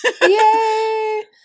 Yay